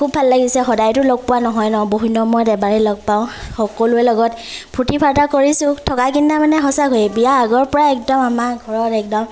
খুব ভাল লাগিছে সদায়তো লগ পোৱা নহয় ন বহুদিনৰ মূৰত এবাৰে লগ পাওঁ সকলোৱে লগত ফূৰ্তি ফাৰ্তা কৰিছোঁ থকাৰ কেইদিনা মানে সঁচাকৈয়ে বিয়াৰ আগৰপৰাই একদম আমাৰ ঘৰত একদম